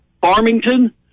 Farmington